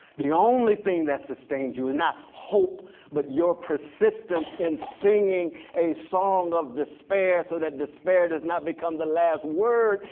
the only thing that sustains you is not hope but your persistence in singing a song of despair so that despair does not become the last word.